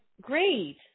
great